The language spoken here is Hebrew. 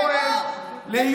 בכל מקום.